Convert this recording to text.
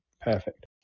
perfect